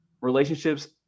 relationships